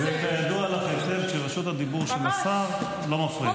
כידוע לך היטב, כשרשות הדיבור של השר, לא מפריעים.